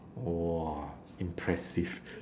!wah! impressive